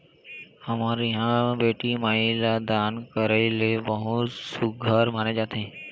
हमर इहाँ बेटी माई ल दान करई ल बहुत सुग्घर माने जाथे